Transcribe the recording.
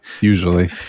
usually